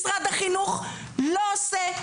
משרד החינוך לא עושה.